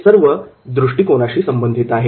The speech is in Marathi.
हे सर्व दृष्टिकोनाशी संबंधित आहेत